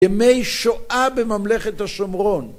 ימי שואה בממלכת השומרון.